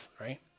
right